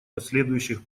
последующих